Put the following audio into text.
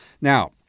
Now